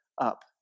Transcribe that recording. up